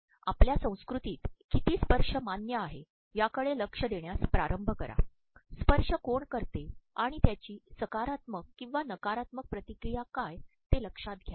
आपल्या संस्कृतीत किती स्पर्श मान्य आहे याकडे लक्ष देण्यास प्रारंभ करा स्पर्श कोण करते आणि त्याची सकारात्मक किंवा नकारात्मक प्रतिक्रिया काय ते लक्षात घ्या